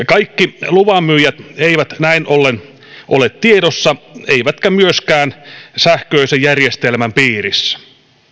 kaikki luvanmyyjät eivät näin ollen ole tiedossa eivätkä myöskään sähköisen järjestelmän piirissä